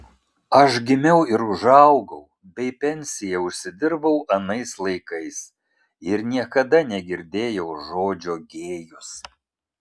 aš gimiau ir užaugau bei pensiją užsidirbau anais laikais ir niekada negirdėjau žodžio gėjus